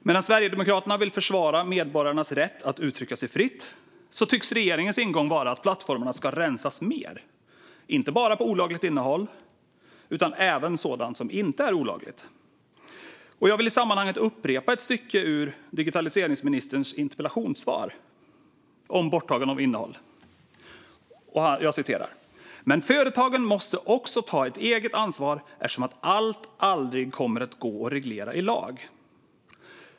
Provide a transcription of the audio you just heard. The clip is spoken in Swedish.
Medan Sverigedemokraterna vill försvara medborgarnas rätt att uttrycka sig fritt tycks regeringens ingång vara att plattformarna ska rensas mer, inte bara på olagligt innehåll utan även på sådant som inte är olagligt. Jag vill i sammanhanget upprepa ett stycke ur digitaliseringsministerns interpellationssvar om borttagande av innehåll: "men företagen måste också ta eget ansvar eftersom allt aldrig kommer att gå att reglera i lag".